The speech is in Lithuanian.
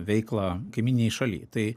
veiklą kaimyninėj šaly tai